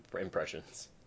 impressions